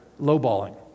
lowballing